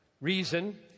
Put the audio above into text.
reason